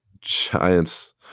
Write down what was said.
Giants